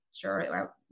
sure